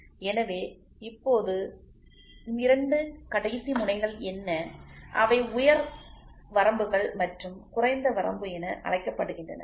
எனவே இப்போது இரண்டு கடைசி முனைகள் என்ன அவை உயர் வரம்புகள் மற்றும் குறைந்த வரம்பு என அழைக்கப்படுகின்றன